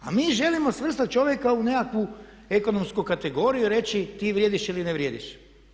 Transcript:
A mi želimo svrstati čovjeka u nekakvu ekonomsku kategoriju i reći ti vrijediš ili ne vrijediš.